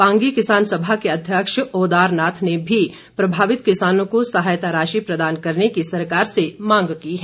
पांगी किसान सभा के अध्यक्ष ओदार नाथ ने भी प्रभावित किसानों को सहायता राशि प्रदान करने की सरकार से मांग की है